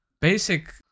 Basic